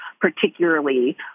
particularly